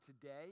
today